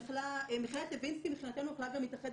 מכללת לוינסקי מבחינתנו יכלה גם להתאחד